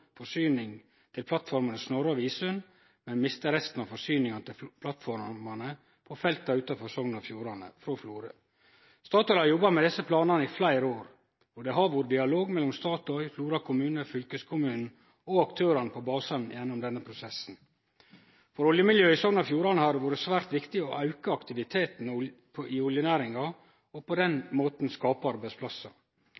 forsyning til plattformene Snorre og Visund, men miste resten av forsyningane til plattformene på felta utanfor Sogn og Fjordane frå Florø. Statoil har jobba med desse planane i fleire år, og det har vore dialog mellom Statoil, Flora kommune, fylkeskommunen og aktørane på basen gjennom denne prosessen. For oljemiljøet i Sogn og Fjordane har det vore svært viktig å auke aktiviteten i oljenæringa, og på den